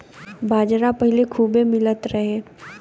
बाजरा पहिले खूबे मिलत रहे